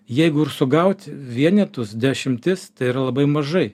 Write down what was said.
jeigu ir sugaut vienetus dešimtis tai yra labai mažai